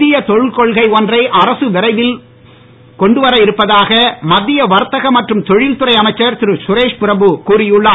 புதிய தொழில் கொள்கை ஒன்றை அரசு விரைவில் கொண்டு வர இருப்பதாக மத்திய வர்த்தக மற்றும் தொழில் துறை அமைச்சர் திரு சுரேஷ்பிரபு கூறி உள்ளார்